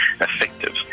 effective